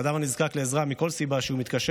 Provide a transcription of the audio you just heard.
לאדם הנזקק לעזרה מכל סיבה שהיא ומתקשר